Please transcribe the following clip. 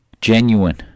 genuine